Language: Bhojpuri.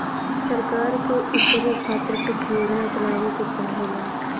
सरकार के इकरे खातिर कुछ योजना चलावे के चाहेला